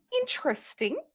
interesting